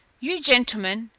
you gentlemen,